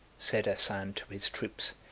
said asan to his troops,